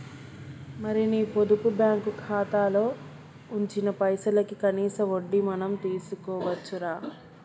మరి నీ పొదుపు బ్యాంకు ఖాతాలో ఉంచిన పైసలకి కనీస వడ్డీ మనం తీసుకోవచ్చు రా